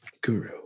Guru